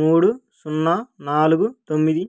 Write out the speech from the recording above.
మూడు సున్నా నాలుగు తొమ్మిది